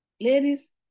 Ladies